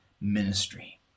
ministry